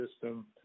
system